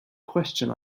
question